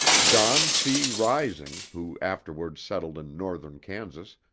don c. rising, who afterwards settled in northern kansas,